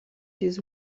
his